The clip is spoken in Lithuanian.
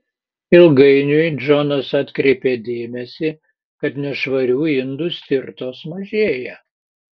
ilgainiui džonas atkreipė dėmesį kad nešvarių indų stirtos mažėja